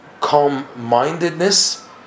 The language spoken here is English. calm-mindedness